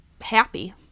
happy